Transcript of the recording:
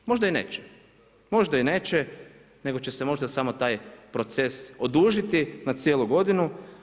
Pa možda i neće, možda i neće nego će se možda samo taj proces odužiti na cijelu godinu.